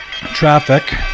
traffic